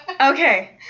Okay